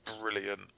brilliant